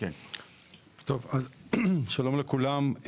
שלום לכולם.